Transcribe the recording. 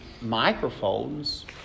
microphones